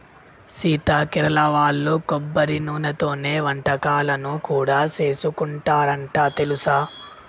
సీత కేరళ వాళ్ళు కొబ్బరి నూనెతోనే వంటకాలను కూడా సేసుకుంటారంట తెలుసా